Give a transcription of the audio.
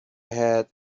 had